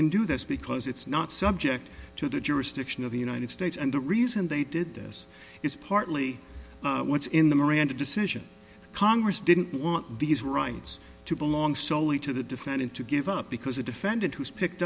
can do this because it's not subject to the jurisdiction of the united states and the reason they did this is partly what's in the miranda decision congress didn't want these rights to belong soley to the defendant to give up because a defendant who's picked